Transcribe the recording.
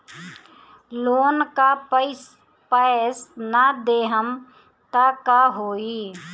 Loan का पैस न देहम त का होई?